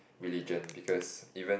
religion because even